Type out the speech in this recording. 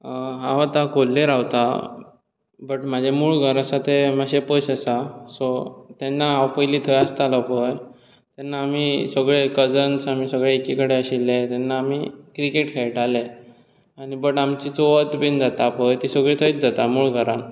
हांव आतां खोर्ले रावतां बट म्हजें मूळ घर आसा तें मातशें पयस आसा तेन्ना हांव पयलीं थंय आसतालो पळय तेन्ना आमी सगळे कझन्स सगळे एके कडेन आशिल्ले तेन्ना आमी क्रिकेट खेळटाले आनी बट पण आमची चवथ बी जाता पळय तें सगळें थंयच जाता मूळ घरांत